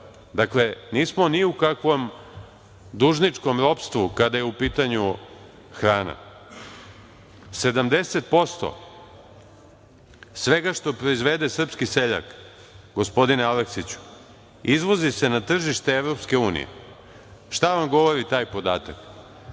uvozi. Dakle, nismo ni u kakvom dužničkom ropstvu kada je u pitanju hrana, 70 posto svega što proizvede srpski seljak, gospodine Aleksiću, izvozi se na tržište EU.Šta vam govori taj podatak?